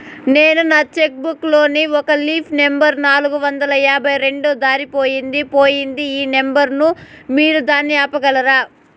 నేను నా cheque book లోని ఒక లీఫ్ నెంబర్ నాలుగు వందల యాభై రెండు దారిపొయింది పోయింది ఈ నెంబర్ ను మీరు దాన్ని ఆపగలరా?